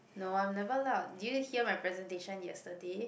no I'm never loud did you hear my presentation yesterday